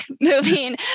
moving